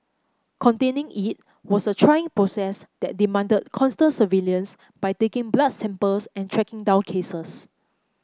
containing it was a trying process that demanded constant surveillance by taking blood samples and tracking down cases